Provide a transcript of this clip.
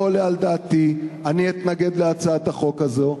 לא עולה על דעתי, אני אתנגד להצעת החוק הזאת.